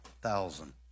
thousand